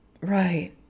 Right